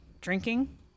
drinking